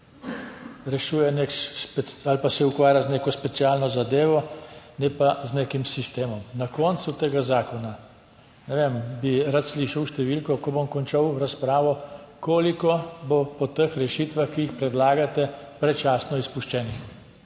ukrepov ali pa se ukvarja z neko specialno zadevo, ne pa z nekim sistemom. Na koncu tega zakona, ne vem, bi rad slišal številko, ko bom končal razpravo, koliko bo po teh rešitvah, ki jih predlagate, predčasno izpuščenih.